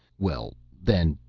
well, then,